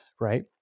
Right